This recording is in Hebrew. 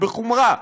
בחומרה.